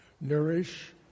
Nourish